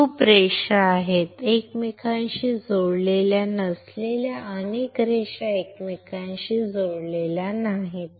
खूप रेषा आहेत एकमेकांशी जोडलेल्या नसलेल्या अनेक रेषा एकमेकांशी जोडलेल्या नाहीत